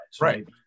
Right